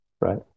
right